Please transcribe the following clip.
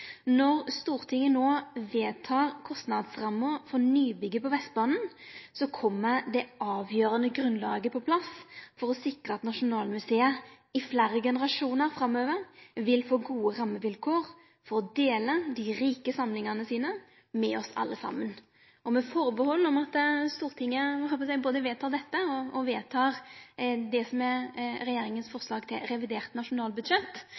Når Stortinget no vedtek kostnadsramma for nybygget på Vestbanen, kjem det avgjerande grunnlaget på plass for å sikre at Nasjonalmuseet i fleire generasjonar framover vil få gode rammevilkår for å dele dei rike samlingane sine med oss alle saman. Med atterhald om at Stortinget vil vedta dette og vedtek regjeringa sitt forslag i revidert nasjonalbudsjett, vil dei 60 mill. kr som